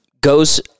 goes